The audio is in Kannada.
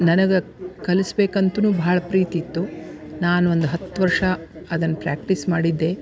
ನನಗೆ ಕಲಿಸ ಬೇಕಂತನೂ ಭಾಳ ಪ್ರೀತಿ ಇತ್ತು ನಾನು ಒಂದು ಹತ್ತು ವರ್ಷ ಅದನ್ನು ಪ್ರ್ಯಾಕ್ಟೀಸ್ ಮಾಡಿದ್ದೆ